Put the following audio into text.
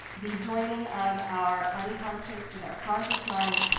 the joining of our unconscious with our conscious mind,